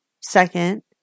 Second